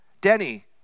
Denny